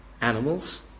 Animals